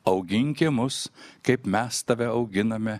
auginki mus kaip mes tave auginame